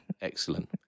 excellent